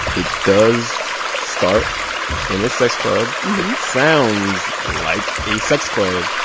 it does start in a sex club. it sounds like a sex club.